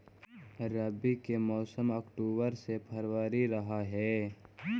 रब्बी के मौसम अक्टूबर से फ़रवरी रह हे